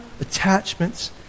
attachments